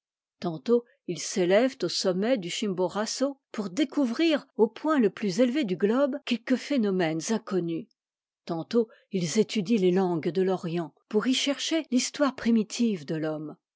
tantôt ils s'élèvent au sommet du chimboraço pour découvrir au point le plus élevé du globe quelques phénomènes inconnus tantôt ils étudient les langues de l'orient pour y chercher l'histoire primitive de l'homme